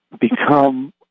become